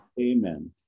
Amen